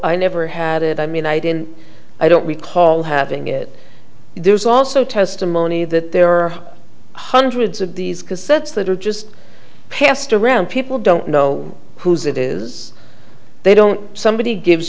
i never had it i mean i didn't i don't recall having it there's also testimony that there are hundreds of these cassettes that are just passed around people don't know whose it is they don't somebody gives